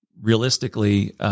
Realistically